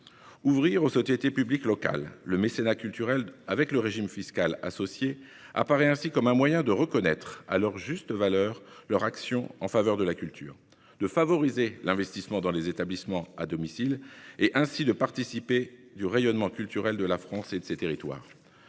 Ouvrir aux sociétés publiques locales le mécénat culturel et le régime fiscal qui y est associé apparaît ainsi comme un moyen de reconnaître à leur juste valeur leur action en faveur de la culture, de favoriser l'investissement dans des établissements « à domicile » et ainsi, de participer au rayonnement culturel de la France et de ses territoires.